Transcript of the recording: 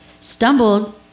stumbled